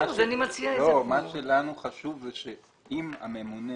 מה שלנו חשוב זה שאם הממונה